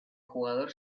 jugador